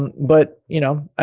and but, you know,